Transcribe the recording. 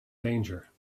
danger